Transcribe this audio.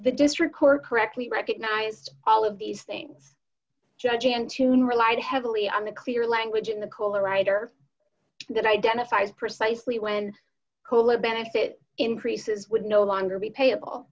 the district court correctly recognized all of these things judge antoun relied heavily on a clear language in the cooler writer that identifies precisely when cola benefit increases would no longer be payable